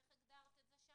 איך הגדרנו את זה?